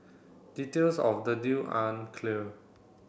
details of the deal aren't clear